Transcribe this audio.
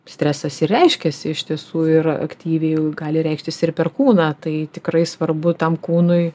stresas ir reiškiasi iš tiesų ir aktyviai gali reikštis ir per kūną tai tikrai svarbu tam kūnui